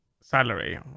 salary